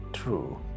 True